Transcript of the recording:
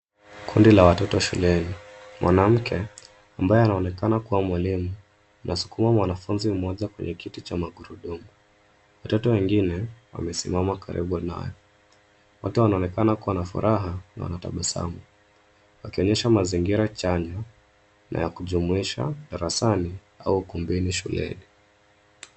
Kundi la watoto shuleni. Mwanamke ambaye anaonekana kuwa mwalimu anasukuma mwanafunzi mmoja kwenye kiti cha magurudumu. Watoto wengine wamesimama karibu naye. Wote wanaonekana kuwa na furaha na wanatabasamu wakionyesha mazingira chanya na ya kujumuisha darasani au ukumbini shuleni.